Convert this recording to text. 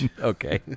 Okay